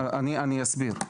אני אסביר.